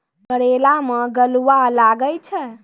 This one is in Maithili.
करेला मैं गलवा लागे छ?